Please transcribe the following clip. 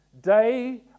Day